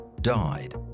died